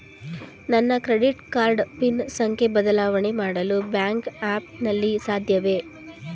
ನನ್ನ credit card PIN ಸಂಖ್ಯೆ ಬದಲಾವಣೆ ಮಾಡಲು ಬ್ಯಾಂಕ್ ಆ್ಯಪ್ ನಲ್ಲಿ ಸಾಧ್ಯವೇ?